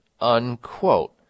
Unquote